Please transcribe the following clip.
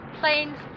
planes